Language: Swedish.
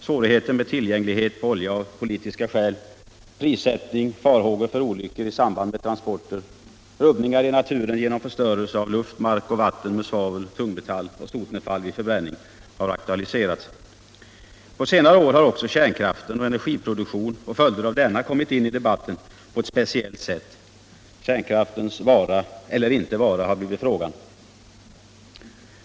Svårigheter att få tag på olja av politiska skäl, på grund av prissättning, farhågor för olyckor i samband med transporter, rubbningar i naturen genom förstörelse av luft, mark och vatten med svavel, tungmetalloch sotnedfall vid förbränning har aktualiserats. På senare år har också kärnkraften och energiproduktion, och följder härav, kommit in i debatten på ett speciellt sätt. Kärnkraftens vara eller inte vara har blivit frågan.